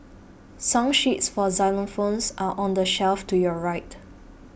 song sheets for xylophones are on the shelf to your right